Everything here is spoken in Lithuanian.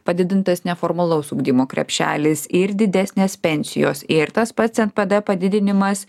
padidintas neformalaus ugdymo krepšelis ir didesnės pensijos ir tas pats npd padidinimas